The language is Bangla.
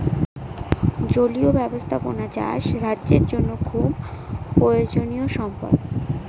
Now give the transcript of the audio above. জলীয় ব্যাবস্থাপনা চাষ রাজ্যের জন্য খুব প্রয়োজনীয়ো সম্পদ